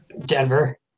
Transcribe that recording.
Denver